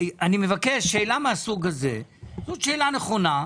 אני מבקש, שאלה מהסוג הזה, זאת שאלה נכונה,